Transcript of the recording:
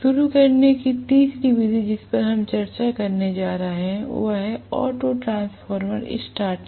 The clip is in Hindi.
शुरू करने की तीसरी विधि जिस पर हम चर्चा करने जा रहे हैं वह है ऑटो ट्रांसफार्मर स्टार्टिंग